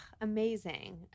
amazing